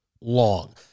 long